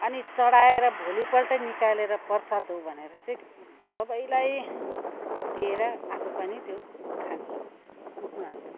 अनि चढाएर भोलिपल्टै निकालेर प्रसाद हो भनेर चाहिँ सबैलाई दिएर आफू पनि त्यो खान्छु मुखमा हाल्छु